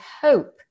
hope